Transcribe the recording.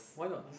why not